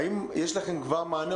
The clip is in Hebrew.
האם יש לכם כבר מענה,